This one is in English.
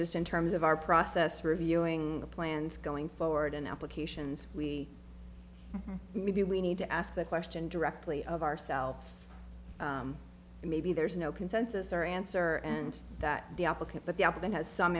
just in terms of our process reviewing the plans going forward in applications we maybe we need to ask the question directly of ourselves and maybe there's no consensus or answer and that the applicant but the opposite has some